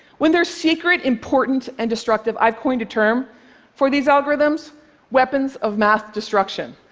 when they're secret, important and destructive, i've coined a term for these algorithms weapons of math destruction.